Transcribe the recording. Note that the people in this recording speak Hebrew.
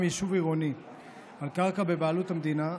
יישוב עירוני על קרקע בבעלות המדינה,